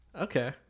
Okay